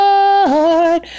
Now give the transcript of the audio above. Lord